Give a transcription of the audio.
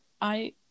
I-